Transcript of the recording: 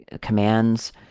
commands